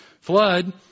flood